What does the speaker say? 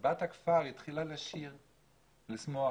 בת הכפר התחילה לשיר ולשמוח.